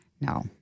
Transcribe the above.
No